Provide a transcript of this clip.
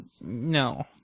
No